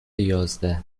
یازده